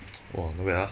!wah! not bad ah